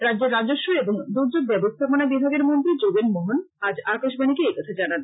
রাজ্যের রাজস্ব এবং দুর্যোগ ব্যবস্থাপনা বিভাগের মন্ত্রী যোগেন মোহন আজ আকাশবাণীকে এ কথা জানান